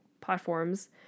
platforms